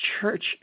church